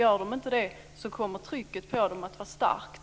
Gör den inte det kommer trycket på den att vara starkt.